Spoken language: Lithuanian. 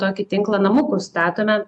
tokį tinklą namukus statome